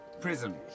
prison